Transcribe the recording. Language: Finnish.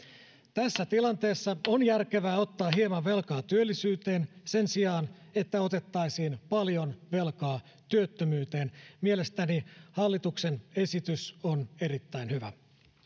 tässä tilanteessa on järkevää ottaa hieman velkaa työllisyyteen sen sijaan että otettaisiin paljon velkaa työttömyyteen mielestäni hallituksen esitys on erittäin hyvä